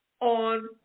on